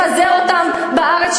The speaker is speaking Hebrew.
לפזר אותם בארץ,